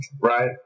right